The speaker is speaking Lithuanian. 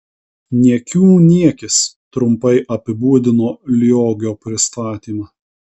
niekių niekis trumpai apibūdino liogio pristatymą